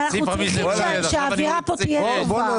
אנחנו צריכים שהאווירה כאן תהיה טובה.